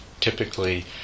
typically